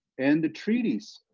and the treaties,